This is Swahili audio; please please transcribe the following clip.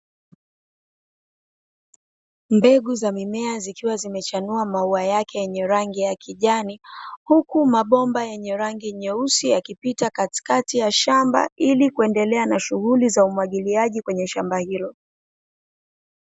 Mbegu za mimea zikiwa zimechanua maua yake yenye rangi ya kijani, huku mabomba yenye rangi nyeusi, yakipita katikati ya shamba ili kuendelea na shughuli za umwagiliaji kwenye shamba hilo.